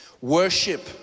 Worship